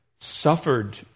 suffered